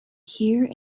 hear